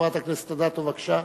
חברת הכנסת רחל אדטו, בבקשה.